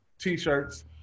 t-shirts